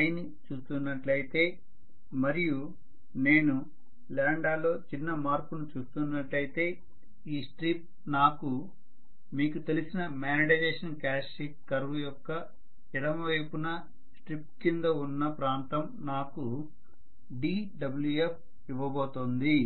i ను చూస్తున్నట్లయితే మరియు నేను లో చిన్న మార్పును చూస్తున్నట్లయితే ఈ స్ట్రిప్ నాకు మీకు తెలిసిన మ్యాగ్నెటైజేషన్ క్యారెక్టర్స్టిక్స్ కర్వ్ యొక్క ఎడమ వైపున స్ట్రిప్ కింద ఉన్న ప్రాంతం నాకు dWf ఇవ్వబోతోంది